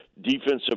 defensive